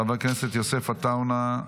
חבר הכנסת יוסף עטאונה,